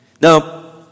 Now